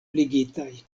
ligitaj